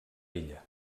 ella